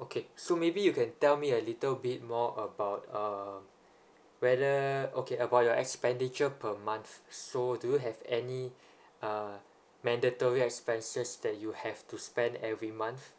okay so maybe you can tell me a little bit more about uh whether okay about your expenditure per month so do you have any uh mandatory expenses that you have to spend every month